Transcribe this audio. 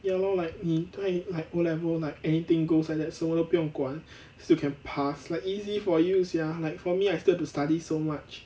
ya lor like 你在 like O level like anything goes like that 什么都不用管 still can pass like easy for you sia like for me I still have to study so much